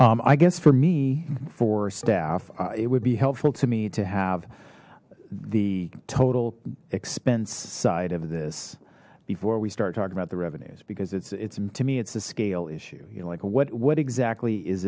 i guess for me for staff it would be helpful to me to have the total expense side of this before we start talking about the revenues because it's it's to me it's the scale issue you know like what what exactly is